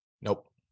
Nope